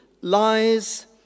lies